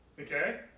Okay